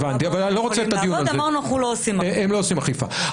אמרנו שאנחנו לא עושים אכיפה.